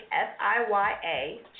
S-I-Y-A